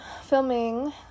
filming